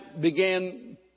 began